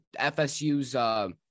FSU's